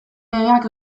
legeak